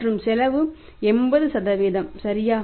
மற்றும் செலவு 80 சரியா